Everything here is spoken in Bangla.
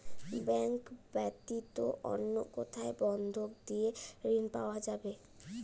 ব্যাংক ব্যাতীত অন্য কোথায় বন্ধক দিয়ে ঋন পাওয়া যাবে?